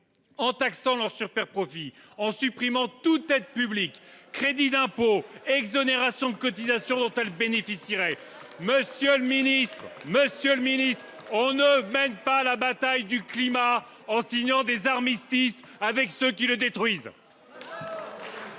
en taxant leurs superprofits,… Allez… … en supprimant toute aide publique, tout crédit d’impôt ou toute exonération de cotisations dont elles bénéficieraient. Monsieur le ministre, on ne mène pas la bataille du climat en signant des armistices avec les lobbys qui le détruisent.